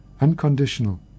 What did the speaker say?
unconditional